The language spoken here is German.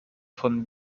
von